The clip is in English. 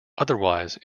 otherwise